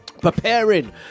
preparing